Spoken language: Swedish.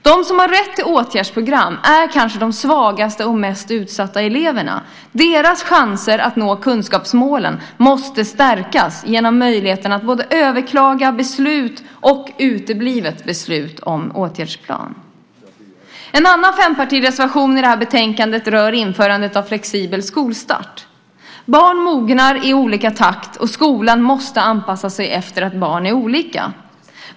De som har rätt till åtgärdsprogram är kanske de svagaste och mest utsatta eleverna. Deras chanser att nå kunskapsmålen måste stärkas genom möjligheten att överklaga beslut och uteblivet beslut om åtgärdsplan. En annan fempartireservation i betänkandet rör införandet av flexibel skolstart. Barn mognar i olika takt. Skolan måste anpassa sig efter att barn är olika.